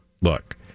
Look